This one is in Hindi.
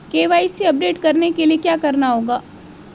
के.वाई.सी अपडेट करने के लिए क्या करना होगा?